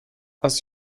als